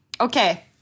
Okay